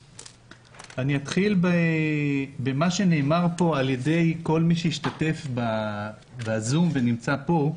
אני אתחיל במה שאמר פה כל מי שמשתתף בזום או נמצא פה.